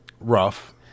rough